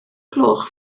gloch